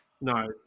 No